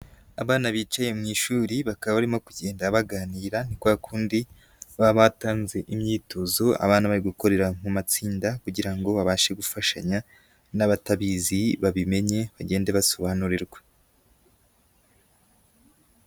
Abana bicaye mu ishuri bakaba barimo kugenda baganira kwa kundi baba batanze imyitozo, abana bari gukorera mu matsinda kugira ngo babashe gufashanya n'abatabizi babimenye bagende basobanurirwa.